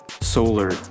solar